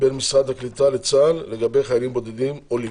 בין משרד הקליטה לצה"ל לגבי חיילים בודדים עולים.